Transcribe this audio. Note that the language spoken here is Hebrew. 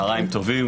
צוהריים טובים.